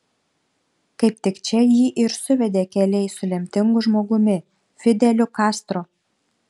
kaip tik čia jį ir suvedė keliai su lemtingu žmogumi fideliu kastro